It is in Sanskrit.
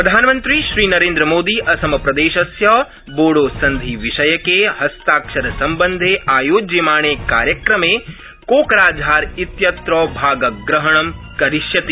प्रधानमन्त्री श्रीनरेन्द्रमोदी असमप्रदेशस्य बोडोसन्धिविषयके हस्ताक्षरसम्बन्धे आयोज्यमाणे कार्यक्रमे कोकराझार इत्यत्र भागग्रहणं करिष्यति